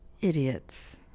idiots